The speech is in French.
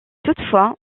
toutefois